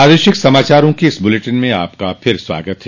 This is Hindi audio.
प्रादेशिक समाचारों के इस बुलेटिन में आपका फिर से स्वागत है